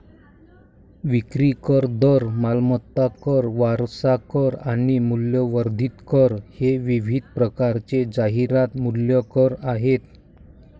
विक्री कर, दर, मालमत्ता कर, वारसा कर आणि मूल्यवर्धित कर हे विविध प्रकारचे जाहिरात मूल्य कर आहेत